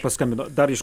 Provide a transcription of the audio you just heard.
paskambino dar iš